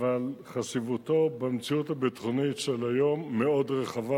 אבל חשיבותו במציאות הביטחונית של היום מאוד רחבה.